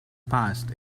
past